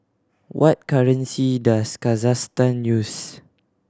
what currency does Kazakhstan use